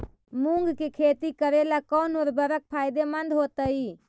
मुंग के खेती करेला कौन उर्वरक फायदेमंद होतइ?